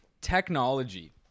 Technology